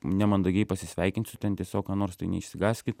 nemandagiai pasisveikinsiu ten tiesiog ką nors tai neišsigąskit